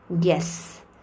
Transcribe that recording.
Yes